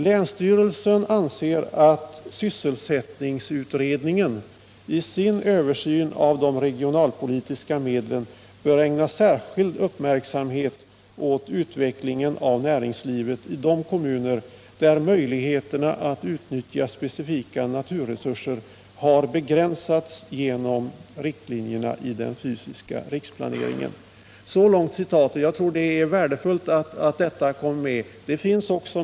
Länsstyrelsen anser att sysselsättningsutredningen i sin översyn av de regionalpolitiska medlen bör ägna särskild uppmärksamhet åt utvecklingen av näringslivet i de kommuner där möjligheterna att utnyttja specifika naturresurser har begränsats genom riktlinjerna i den fysiska riksplaneringen.” Jag tror att det är värdefullt att dessa tankegångar kommer med i dagens debatt.